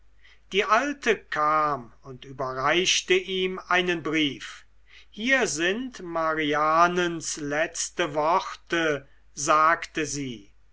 die alte kam und überreichte ihm einen brief hier sind marianens letzte worte sagte sie